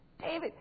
David